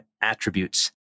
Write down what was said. attributes